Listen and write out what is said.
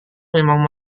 memang